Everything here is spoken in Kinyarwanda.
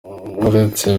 uretse